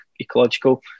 ecological